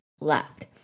left